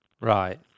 Right